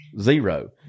zero